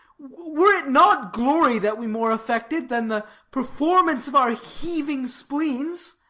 were it not glory that we more affected than the performance of our heaving spleens,